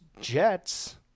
Jets